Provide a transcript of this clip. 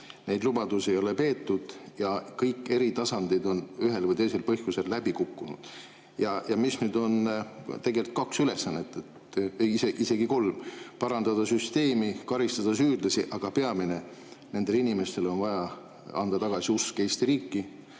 neid lubadusi ei ole peetud ja kõik eri tasandid on ühel või teisel põhjusel läbi kukkunud. Nüüd on tegelikult kaks ülesannet, isegi kolm: parandada süsteemi, karistada süüdlasi, aga peamine, nendele inimestele on vaja anda tagasi usk Eesti riiki